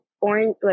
Orange